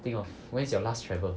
think of when is your last travel